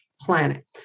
planet